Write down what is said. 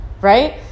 Right